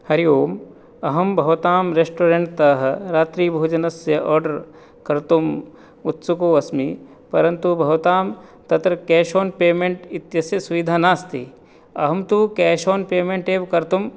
हरिः ओम् अहं भवतां रेश्टोरेण्ट्तः रात्रिभोजनस्य आर्डेर् कर्तुम् उत्सुको अस्मि परन्तु भवतां तत्र केश् आन् पेमेण्ट् इत्यस्य सुविधा नास्ति अहं तु केश् आन् पेमेण्ट् एव कर्तुं